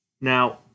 Now